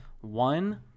One